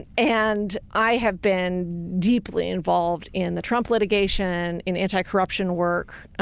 and i have been deeply involved in the trump litigation, in anti-corruption work.